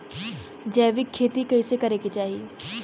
जैविक खेती कइसे करे के चाही?